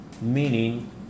meaning